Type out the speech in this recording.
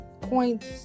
points